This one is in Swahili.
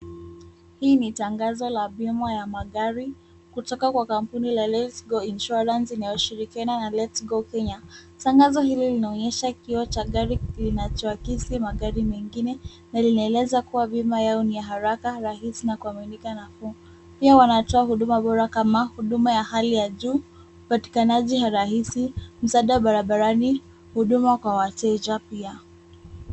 Hii ni tangazo la bima ya magari kutoka kwa kampuni la Let's Go Insurance inayoshirikiana na let's go Kenya. Tangazo hili linaonyesha kioo cha gari linachoakisi magari mengine na linaeleza kuwa bima yao ni ya haraka, rahisi na kuaminika nafuu . Pia wanatoa huduma bora kama huduma ya hali ya juu, upatikanaji rahisi, msaada barabarani, huduma kwa wateja pia.